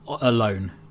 alone